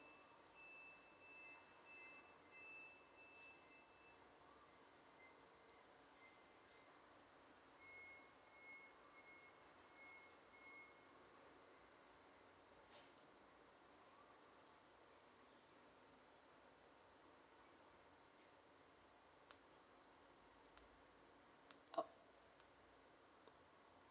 oh